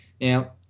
now